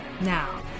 Now